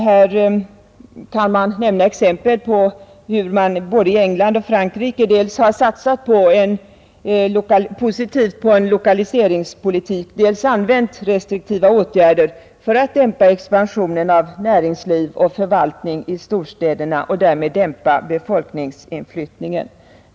Här kan nämnas exempel på hur man både i England och Frankrike dels satsat positivt på en lokaliseringspolitik, dels använt restriktiva åtgärder för att dämpa expansionen av näringsliv och förvaltning i storstäderna och därmed dämpa befolkningsinflyttningen.